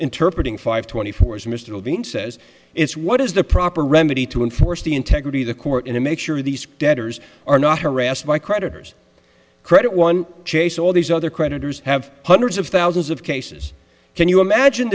interpret ing five twenty four as mystical being says it's what is the proper remedy to enforce the integrity of the court in a make sure these debtors are not harassed by creditors credit one chase all these other creditors have hundreds of thousands of cases can you imagine